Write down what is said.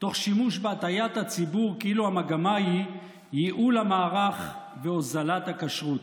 תוך שימוש בהטעיית הציבור כאילו המגמה היא ייעול המערך והוזלת הכשרות.